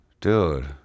dude